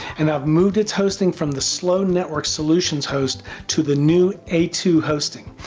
and i've moved it's hosting from the slow network solutions host to the new a two hosting.